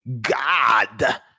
god